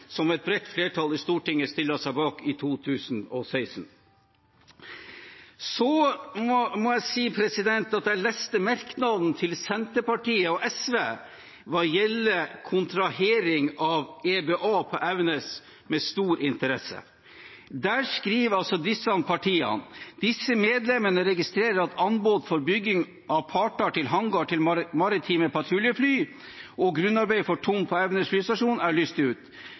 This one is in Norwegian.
som et bredt flertall i Stortinget stilte seg bak i 2016. Så må jeg si at jeg leste merknaden til Senterpartiet og SV når det gjelder kontrahering av EBA på Evenes, med stor interesse. Der skriver altså disse partiene: «Desse medlemene registrerer at anbod for bygging av portar til hangar til maritime patruljefly P8A og grunnarbeid for tomt på Evenes flystasjon er lyst ut.